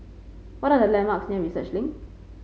what are the landmarks near Research Link